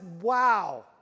wow